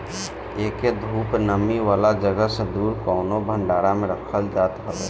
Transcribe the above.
एके धूप, नमी वाला जगही से दूर कवनो भंडारा में रखल जात हवे